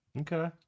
Okay